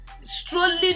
strolling